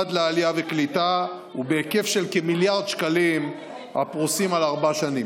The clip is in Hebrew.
העלייה והקליטה ובהיקף של כמיליארד שקלים הפרוסים על ארבע שנים.